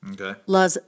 Okay